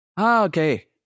Okay